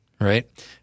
right